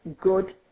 good